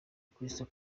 crystal